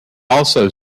also